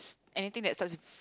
anything that starts with